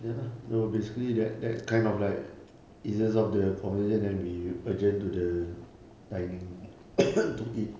ya lah so basically that that kind of like eases up the conversation and we adjourn to the dining to eat